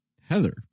Heather